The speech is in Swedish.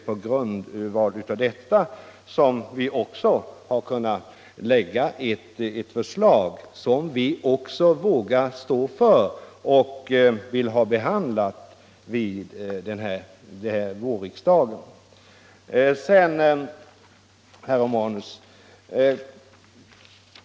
På grundval av dessa diskussioner har vi också kunnat lägga fram ett förslag som vi vågar stå för och som vi vill ha behandlat vid Herr Romanus!